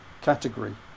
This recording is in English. category